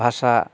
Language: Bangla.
ভাষা